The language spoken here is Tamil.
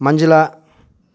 மஞ்சுளா